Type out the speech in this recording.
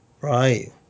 right